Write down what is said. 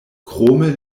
krome